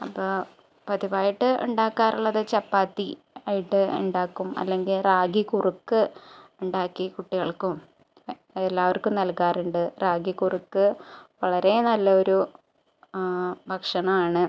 അപ്പോൾ പതിവായിട്ട് ഉണ്ടാക്കാറുള്ളത് ചപ്പാത്തി ആയിട്ട് ഉണ്ടാക്കും അല്ലെങ്കിൽ റാഗി കുറുക്ക് ഉണ്ടാക്കി കുട്ടികൾക്കും എല്ലാവർക്കും നൽകാറുണ്ട് റാഗി കുറുക്ക് വളരേ നല്ല ഒരു ഭക്ഷണാണ്